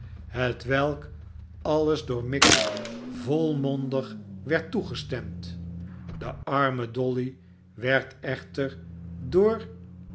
hetwelk alles door miggs volmondig werd toegestemd de arme dolly werd echter door